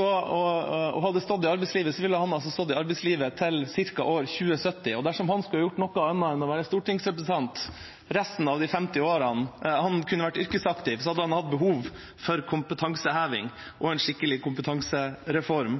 og hadde stått i arbeidslivet, ville han altså ha stått i arbeidslivet til ca. år 2070, og dersom han skulle ha gjort noe annet enn å være stortingsrepresentant resten av de 50 årene han kunne ha vært yrkesaktiv, hadde han hatt behov for kompetanseheving og en skikkelig kompetansereform.